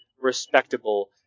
respectable